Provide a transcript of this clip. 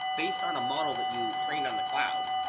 based on a model that you trained on the cloud,